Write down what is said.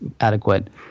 adequate